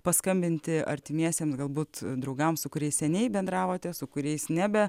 paskambinti artimiesiems galbūt draugams su kuriais seniai bendravote su kuriais nebe